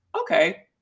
okay